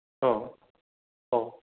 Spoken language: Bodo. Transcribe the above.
औ औ